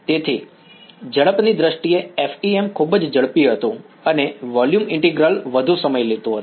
તેથી ઝડપની દ્રષ્ટિએ FEM ખૂબ જ ઝડપી હતું અને વોલ્યુમ ઇન્ટિગ્રલ વધુ સમય લેતું હતું